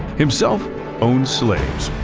himself owned slaves.